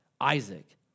Isaac